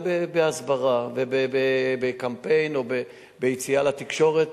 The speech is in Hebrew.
גם בהסברה ובקמפיין וביציאה לתקשורת.